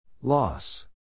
Loss